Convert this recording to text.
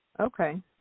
Okay